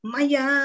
Maya